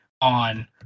on